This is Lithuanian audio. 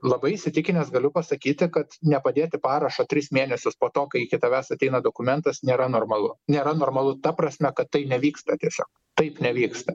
labai įsitikinęs galiu pasakyti kad nepadėti parašą tris mėnesius po to kai iki tavęs ateina dokumentas nėra normalu nėra normalu ta prasme kad tai nevyksta tiesiog taip nevyksta